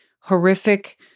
horrific